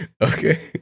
Okay